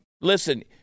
Listen